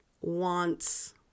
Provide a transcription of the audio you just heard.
wants